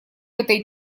этой